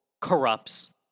corrupts